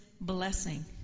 blessing